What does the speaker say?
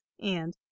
and